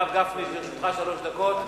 הרב גפני, לרשותך שלוש דקות.